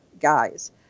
guys